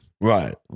right